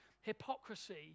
hypocrisy